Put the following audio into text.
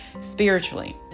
Spiritually